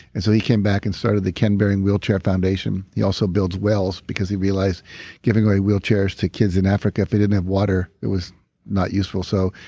and so he came back and started the ken behring wheelchair foundation he also builds wells because he realized giving away wheelchairs to kids in africa, if they didn't have water it was not useful. so,